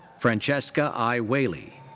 francesca i. whaley.